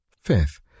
Fifth